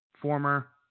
Former